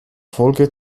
folge